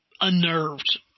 unnerved